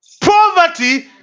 Poverty